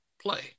play